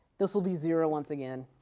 this will be zero once again.